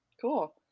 Cool